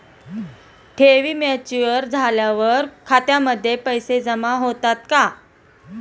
ठेवी मॅच्युअर झाल्यावर खात्यामध्ये पैसे जमा होतात का?